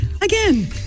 Again